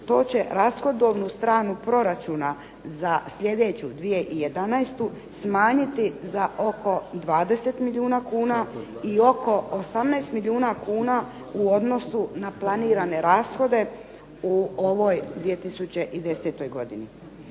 to će rashodovnu stranu proračuna za sljedeću 2011. smanjiti za oko 20 milijuna kuna i oko 18 milijuna kuna u odnosu na planirane rashode u ovoj 2010. godini.